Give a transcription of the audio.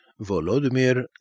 Volodymyr